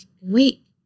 wait